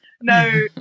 No